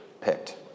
picked